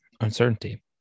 Uncertainty